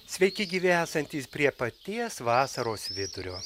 sveiki gyvi esantys prie paties vasaros vidurio